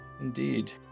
Indeed